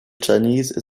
chinese